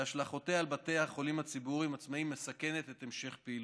שהשלכותיה על בתי החולים הציבוריים העצמאיים מסכנת את המשך פעילותם.